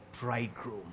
bridegroom